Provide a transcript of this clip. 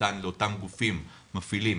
שניתן לאותם גופים מפעילים,